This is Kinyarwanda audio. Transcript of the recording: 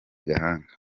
gahanga